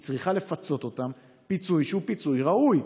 היא צריכה לפצות אותם בפיצוי שהוא פיצוי ראוי.